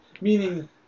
Meaning